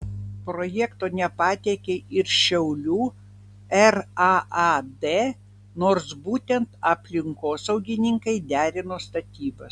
projekto nepateikė ir šiaulių raad nors būtent aplinkosaugininkai derino statybas